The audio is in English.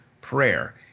prayer